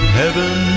heaven